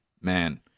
Man